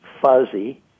fuzzy